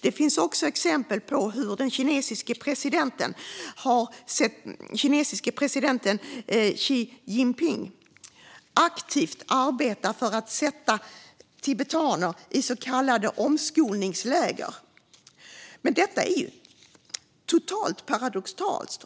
Det finns också exempel på hur den kinesiske presidenten Xi Jinping aktivt arbetar för att sätta tibetaner i så kallade omskolningsläger. Detta är totalt paradoxalt.